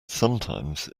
sometimes